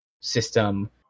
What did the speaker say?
system